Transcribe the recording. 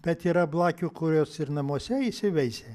bet yra blakių kurios ir namuose įsiveisė